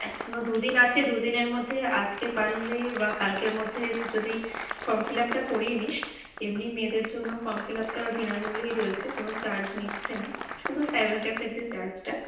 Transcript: এখনো দু দিন আছে দু দিনের মধ্যে আজকে পারলে বা কালকের মধ্যে যদি ফর্ম ফিল আপটা করিয়ে নিস এমনি মেয়েদের জন্য ফর্ম ফিল আপটা বিনামূল্যেই রয়েছে কোনো চার্জ নিচ্ছে না শুধু সাইবার ক্যাফের যে চার্জটা